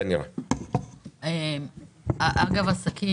אגב עסקים,